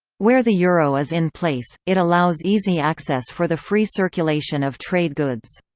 where the euro is in place, it allows easy access for the free circulation of trade goods.